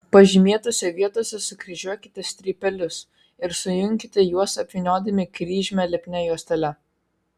pažymėtose vietose sukryžiuokite strypelius ir sujunkite juos apvyniodami kryžmę lipnia juostele